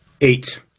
Eight